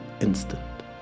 instant